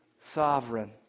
Sovereign